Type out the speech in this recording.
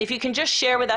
אם אוכל לבקש,